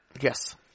Yes